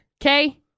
okay